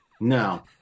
no